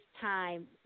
time